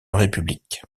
république